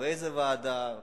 ואיזו ועדה.